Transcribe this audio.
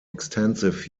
extensive